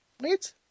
wait